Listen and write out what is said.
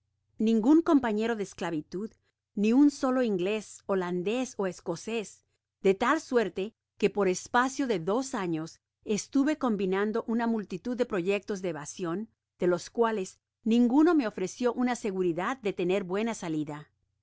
oouw pañero de esclavitud ni un solo inglés holandés ó escocés de tal suerte que por espacio de dos años estuve combinando una multitud de proyectas de evasion de los cuales ninguno me ofreció una seguridad de tener buena salida